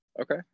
Okay